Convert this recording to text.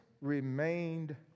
remained